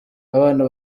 abana